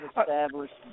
established